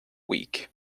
week